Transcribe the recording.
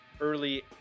early